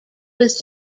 was